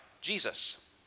Jesus